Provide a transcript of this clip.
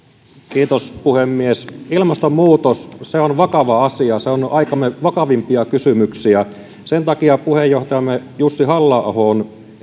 puhemies ilmastonmuutos on vakava asia se on aikamme vakavimpia kysymyksiä sen takia puheenjohtajamme jussi halla aho on